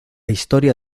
historia